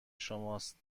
شماست